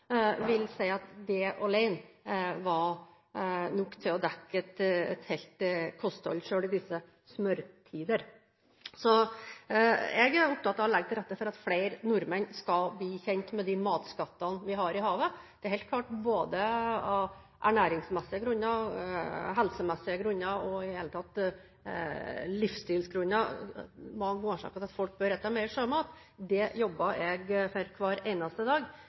vil si at sjømat alene er nok til å dekke et helt kosthold, selv i disse smørtider. Jeg er opptatt av å legge til rette for at flere nordmenn skal bli kjent med de matskattene vi har i havet. Det er helt klart både ernæringsmessige grunner og helsemessige grunner – i det hele tatt livsstilsgrunner – til at folk bør spise mer sjømat. Det jobber jeg for hver eneste dag,